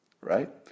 right